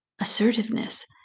Assertiveness